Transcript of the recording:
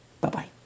Bye-bye